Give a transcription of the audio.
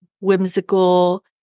whimsical